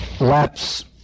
lapse